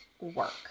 work